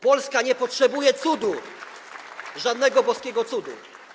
Polska nie potrzebuje cudu, żadnego boskiego cudu.